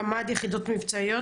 קמ"ד יחידות מבצעיות,